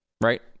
right